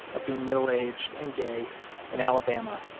of being middle-aged and gay in alabama,